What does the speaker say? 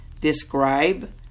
Describe